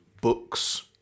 books